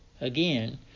again